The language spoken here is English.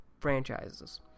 franchises